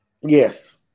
yes